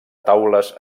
taules